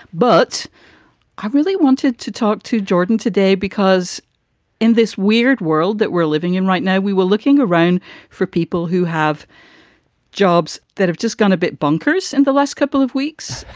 but i really wanted to talk to jordan today, because in this weird world that we're living in right now, we were looking around for people who have jobs that have just gone a bit bonkers in the last couple of weeks.